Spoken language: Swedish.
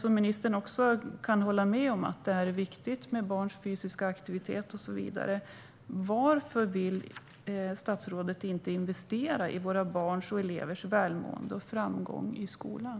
Om ministern nu kan hålla med om att det är viktigt med barns fysiska aktivitet och så vidare, varför vill han inte investera i våra barns och elevers välmående och framgång i skolan?